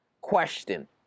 Question